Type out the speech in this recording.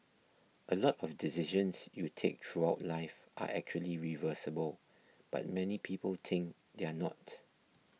a lot of decisions you take throughout life are actually reversible but many people think they are not